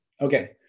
Okay